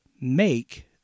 make